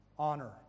Honor